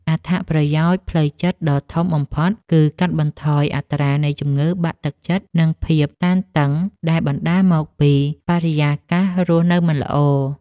អត្ថប្រយោជន៍ផ្លូវចិត្តដ៏ធំបំផុតគឺការកាត់បន្ថយអត្រានៃជំងឺបាក់ទឹកចិត្ត និងភាពតានតឹង ដែលបណ្ដាលមកពីបរិយាកាសរស់នៅមិនល្អ។